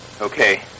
Okay